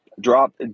Drop